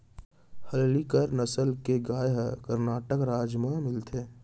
हल्लीकर नसल के गाय ह करनाटक राज म मिलथे